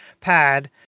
pad